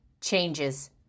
changes